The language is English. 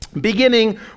Beginning